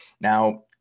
Now